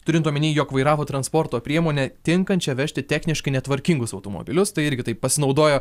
turint omeny jog vairavo transporto priemonę tinkančią vežti techniškai netvarkingus automobilius tai irgi taip pasinaudojo